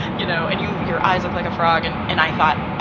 you know. and you, your eyes look like a frog. and and i thought,